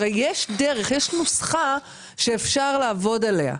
הרי יש דרך, יש נוסחה שאפשר לעבוד עליה,